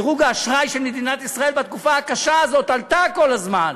דירוג האשראי של מדינת ישראל בתקופה הקשה הזאת עלה כל הזמן.